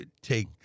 take